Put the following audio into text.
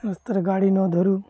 ରାସ୍ତାରେ ଗାଡ଼ି ନ ଧରୁ